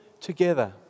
together